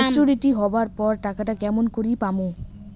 Maturity হবার পর টাকাটা কেমন করি পামু?